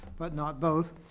but not both,